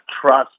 trust